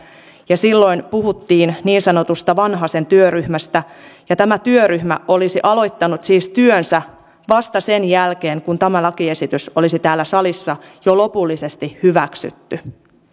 ja silloin puhuttiin niin sanotusta vanhasen työryhmästä ja tämä työryhmä olisi aloittanut siis työnsä vasta sen jälkeen kun tämä lakiesitys olisi täällä salissa jo lopullisesti hyväksytty on